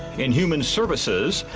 in human services,